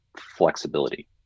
flexibility